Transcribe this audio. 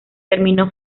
terminó